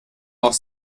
auch